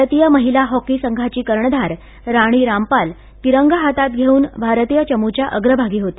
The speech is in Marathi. भारतीय महिला हॉकी संघाची कर्णधार राणी रामपाल तिरंगा हातात घेऊन भारतीय चमूच्या अग्रभागी होती